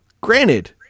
Granted